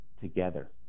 together